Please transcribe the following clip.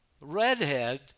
redhead